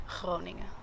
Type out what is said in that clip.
Groningen